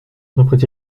reprit